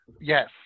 Yes